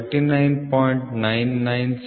996 millimetre ಮತ್ತು ಇದು 0